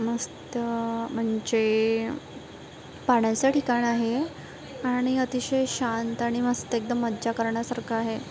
मस्त म्हणजे पाण्याचं ठिकाण आहे आणि अतिशय शांत आणि मस्त एकदम मजा करण्यासारखं आहे